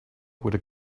would